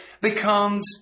becomes